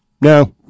no